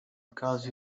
because